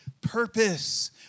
purpose